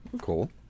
Cool